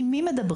עם מי מדברים,